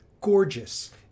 gorgeous